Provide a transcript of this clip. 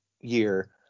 year